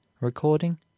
Recording